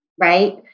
right